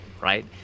right